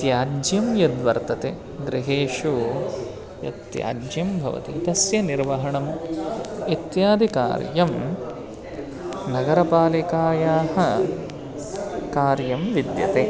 त्याज्यं यद्वर्तते गृहेषु यत्याज्यं भवति तस्य निर्वहणम् इत्यादिकार्यं नगरपालिकायाः कार्यं विद्यते